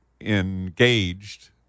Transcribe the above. engaged